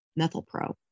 Methylpro